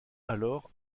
alors